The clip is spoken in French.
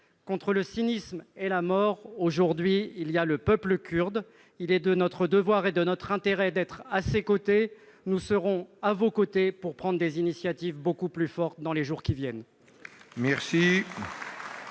Contre le cynisme et la mort, aujourd'hui, il y a le peuple kurde. » Il est de notre devoir et de notre intérêt d'être à ses côtés ; nous serons à vos côtés pour prendre des initiatives beaucoup plus fortes dans les jours qui viennent.